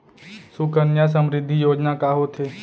सुकन्या समृद्धि योजना का होथे